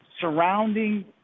surrounding